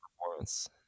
performance